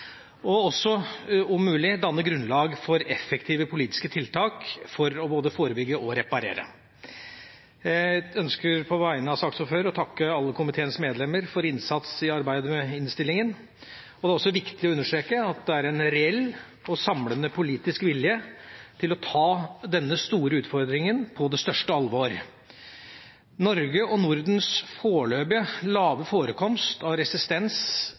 og også, om mulig, danne grunnlag for effektive politiske tiltak for både å forebygge og å reparere. Jeg ønsker på vegne av saksordføreren å takke alle komiteens medlemmer for innsatsen i arbeidet med innstillinga. Det er også viktig å understreke at det er en reell og samlende politisk vilje til å ta denne store utfordringa på det største alvor. Norges – og Nordens – foreløpige lave forekomst av resistens